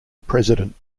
president